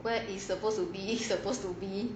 where it's supposed to be supposed to be